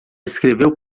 escreveu